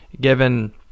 given